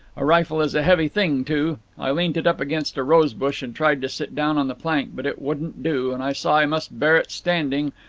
a rifle is a heavy thing too. i leant it up against a rose-bush and tried to sit down on the plank, but it wouldn't do, and i saw i must bear it standing,